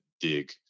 dig